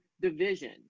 division